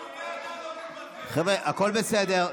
חבר'ה, הכול בסדר.